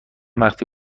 وقتی